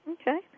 Okay